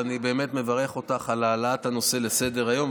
ואני באמת מברך אותך על העלאת הנושא לסדר-היום.